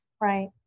Right